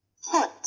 Foot